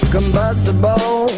Combustible